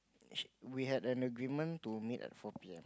she we had an agreement to meet at four P_M